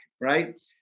right